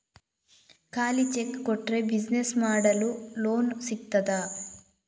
ಖಾಲಿ ಚೆಕ್ ಕೊಟ್ರೆ ಬಿಸಿನೆಸ್ ಮಾಡಲು ಲೋನ್ ಸಿಗ್ತದಾ?